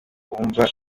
bumva